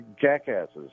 jackasses